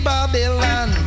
Babylon